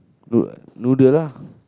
noo~ noodle lah